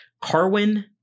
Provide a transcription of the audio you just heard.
Carwin-